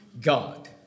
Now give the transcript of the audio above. God